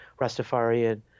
Rastafarian